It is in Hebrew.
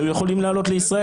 שהיו יכולים לעלות לישראל.